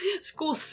School